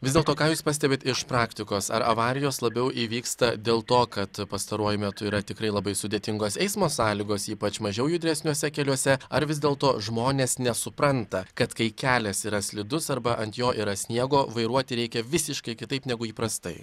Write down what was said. vis dėlto ką jūs pastebit iš praktikos ar avarijos labiau įvyksta dėl to kad pastaruoju metu yra tikrai labai sudėtingos eismo sąlygos ypač mažiau judresniuose keliuose ar vis dėlto žmonės nesupranta kad kai kelias yra slidus arba ant jo yra sniego vairuoti reikia visiškai kitaip negu įprastai